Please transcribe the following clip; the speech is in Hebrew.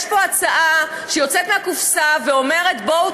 יש פה הצעה שיוצאת מהקופסה ואומרת: בואו